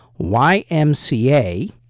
YMCA